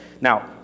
Now